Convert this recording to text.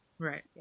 Right